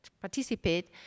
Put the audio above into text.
participate